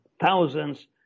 thousands